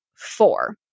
Four